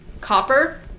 copper